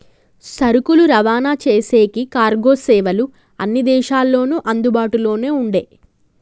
సరుకులు రవాణా చేసేకి కార్గో సేవలు అన్ని దేశాల్లోనూ అందుబాటులోనే ఉండే